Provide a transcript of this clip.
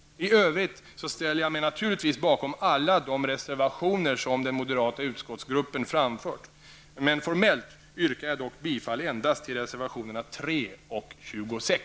I övrigt ställer jag mig naturligtvis bakom alla de reservationer som den moderata utskottsgruppen framfört. Formellt yrkar jag dock bifall endast till reservationerna 3 och 26.